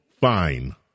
fine